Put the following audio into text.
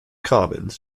commons